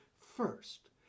first